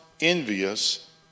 envious